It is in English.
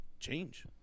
change